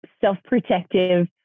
self-protective